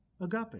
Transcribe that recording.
Agape